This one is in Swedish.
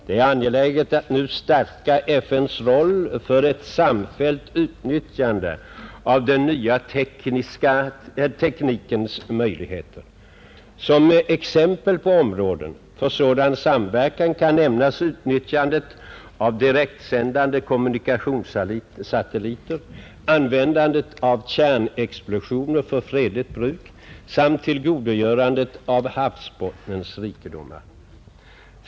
Det är angeläget att nu stärka FN:s roll för ett samfällt utnyttjande av den nya teknikens möjligheter. Som exempel på områden för sådan samverkan kan nämnas utnyttjandet av direktsändande kommunikationssatelliter, användandet av kärnexplosioner för fredligt bruk samt tillgodogörandet av havsbottnens rikedomar.